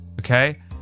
Okay